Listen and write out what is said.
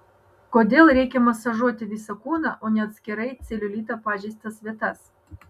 kodėl reikia masažuoti visą kūną o ne atskirai celiulito pažeistas vietas